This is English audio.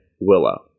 Willow